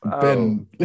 Ben